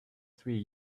three